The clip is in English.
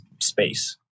space